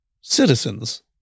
Citizens